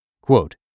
Quote